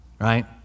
right